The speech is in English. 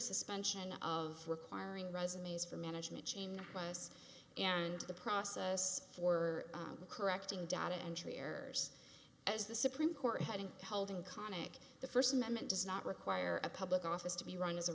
suspension of requiring resumes from management chain hosts and the process for correcting data entry errors as the supreme court hadn't held in conic the first amendment does not require a public office to be run as a